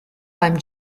beim